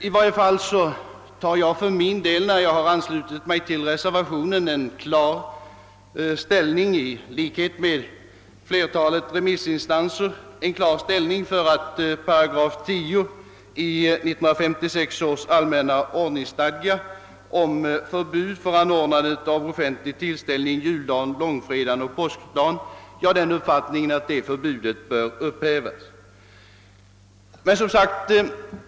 I varje fall har jag, när jag anslutit mig till reservationen, i likhet med flertalet remissinstanser intagit en klar ställning för att 10 8 i 1956 års allmänna ordningsstadga om förbud mot anordnande av offentlig tillställning juldagen, långfredagen och påskdagen bör upphävas.